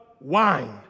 wine